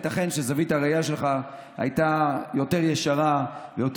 ייתכן שזווית הראייה שלך הייתה ישרה יותר,